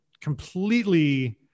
completely